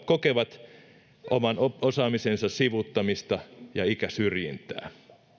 kokevat oman osaamisensa sivuuttamista ja ikäsyrjintää